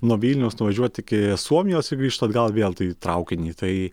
nuo vilniaus nuvažiuoti iki suomijos ir grįžt atgal vėl tai į traukinį tai